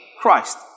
Christ